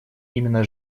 именно